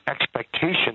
expectation